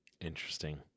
Interesting